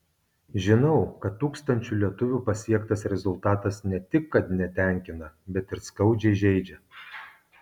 žinau kad tūkstančių lietuvių pasiektas rezultatas ne tik kad netenkina bet ir skaudžiai žeidžia